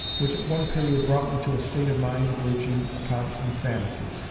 which at one period brought me to a state of mind verging upon insanity.